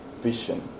vision